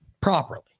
properly